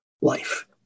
life